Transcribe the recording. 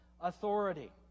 authority